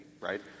Right